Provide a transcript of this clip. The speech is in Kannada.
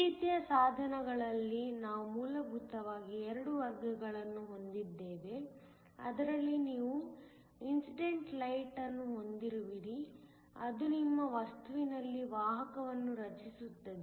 ಈ ರೀತಿಯ ಸಾಧನಗಳಲ್ಲಿ ನಾವು ಮೂಲಭೂತವಾಗಿ 2 ವರ್ಗಗಳನ್ನು ಹೊಂದಿದ್ದೇವೆ ಅದರಲ್ಲಿ ನೀವು ಇನ್ಸಿಡೆಂಟ್ ಲೈಟ್ ಅನ್ನು ಹೊಂದಿರುವಿರಿ ಅದು ನಿಮ್ಮ ವಸ್ತುವಿನಲ್ಲಿ ವಾಹಕಗಳನ್ನು ರಚಿಸುತ್ತದೆ